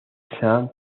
sanz